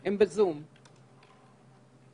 הם ב"זום".